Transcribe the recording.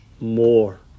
more